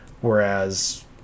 whereas